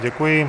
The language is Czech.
Děkuji.